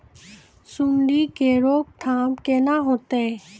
सुंडी के रोकथाम केना होतै?